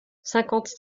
cinquante